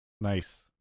Nice